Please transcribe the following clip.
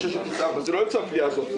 46 --- זה לא נמצא בפנייה הזאת.